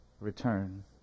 return